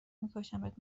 میکشمت